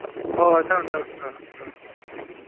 ꯍꯣꯏ ꯍꯣꯏ ꯊꯝꯃꯦ ꯊꯝꯃꯦ ꯎꯝ ꯎꯝ